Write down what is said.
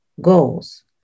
goals